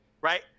right